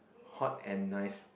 hot and nice